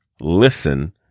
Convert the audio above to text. listen